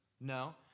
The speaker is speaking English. No